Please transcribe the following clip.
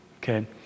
okay